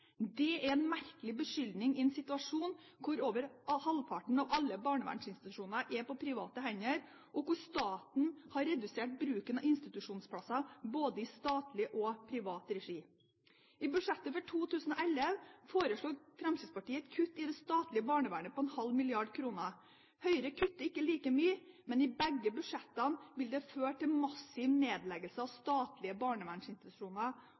Det er en merkelig beskyldning i en situasjon hvor over halvparten av alle barnevernsinstitusjoner er på private hender, og hvor staten har redusert bruken av institusjonsplasser både i statlig og privat regi. I budsjettet for 2011 foreslår Fremskrittspartiet et kutt i det statlige barnevernet på ½ mrd. kr. Høyre kutter ikke like mye, men etter begge budsjettene vil det føre til massiv nedleggelse av